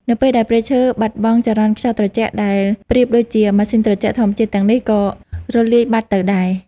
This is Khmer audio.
នៅពេលដែលព្រៃឈើបាត់បង់ ចរន្តខ្យល់ត្រជាក់ដែលប្រៀបដូចជាម៉ាស៊ីនត្រជាក់ធម្មជាតិទាំងនេះក៏រលាយបាត់ទៅដែរ។